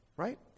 right